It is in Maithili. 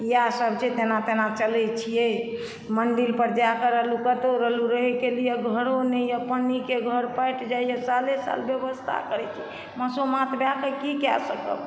इएह सब छै तेना तेना चलै छियै मन्दिरपर जाइके रहलहुँ कतौ रहलहुँ रहैके लिए घरो नहि यऽ पन्नीके घर फाटि जाइए साले साल व्यवस्था करै छी मसोमात भए कऽ की कए सकब